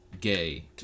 gay